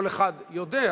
כל אחד יודע,